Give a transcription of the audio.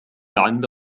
عند